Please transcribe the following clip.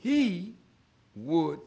he would